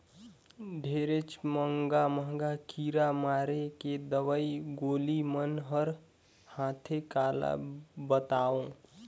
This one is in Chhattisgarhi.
ढेरेच महंगा महंगा कीरा मारे के दवई गोली मन हर आथे काला बतावों